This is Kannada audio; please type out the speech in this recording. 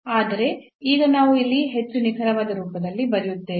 ಆದರೆ ಈಗ ನಾವು ಇಲ್ಲಿ ಹೆಚ್ಚು ನಿಖರವಾದ ರೂಪದಲ್ಲಿ ಬರೆಯುತ್ತೇವೆ